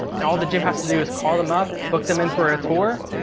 and all the gym has to do is call them up, book them in for a tour.